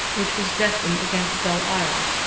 which was destined against belle-isle,